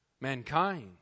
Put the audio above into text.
Mankind